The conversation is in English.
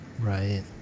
Right